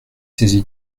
saisi